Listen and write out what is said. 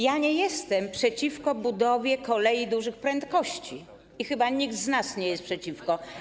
Ja nie jestem przeciwko budowie kolei dużych prędkości i chyba nikt z nas nie jest przeciwko.